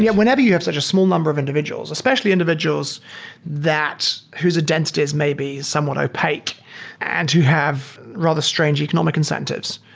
yeah whenever you have such a small number of individuals, especially individuals that whose identity is maybe somewhat opaque and to have rather strange economic incentives.